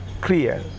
clear